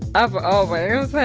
i've always